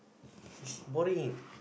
boring